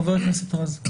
חבר הכנסת רז,